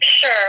Sure